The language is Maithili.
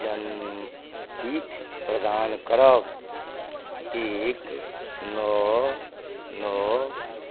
जन्म तिथि प्रदान करब एक नओ नओ